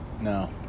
No